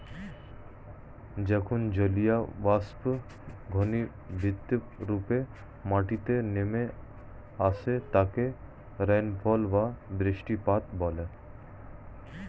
যখন জলীয়বাষ্প ঘনীভূতরূপে মাটিতে নেমে আসে তাকে রেনফল বা বৃষ্টিপাত বলে